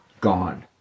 Gone